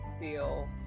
feel